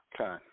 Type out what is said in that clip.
Okay